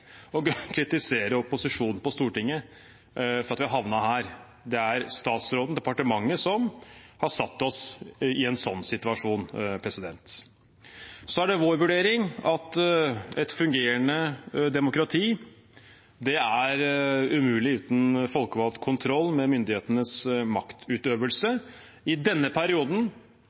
kritisere opposisjonen på Stortinget for at vi har havnet her. Det er statsråden, departementet, som har satt oss i en sånn situasjon. Så er det vår vurdering at et fungerende demokrati er umulig uten folkevalgt kontroll med myndighetenes maktutøvelse. I denne perioden